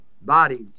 Bodies